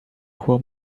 rua